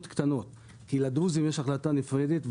קטנות; כי לדרוזים יש החלטה נפרדת,